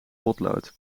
potlood